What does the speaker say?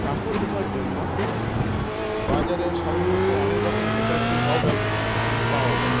কাপড় ধোয়ার জন্য বাজারে সাধারণত অনেক রকম ডিটারজেন্ট পাউডার পাওয়া যায়